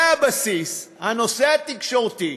זה הבסיס, הנושא התקשורתי,